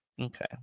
Okay